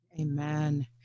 Amen